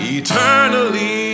eternally